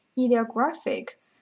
ideographic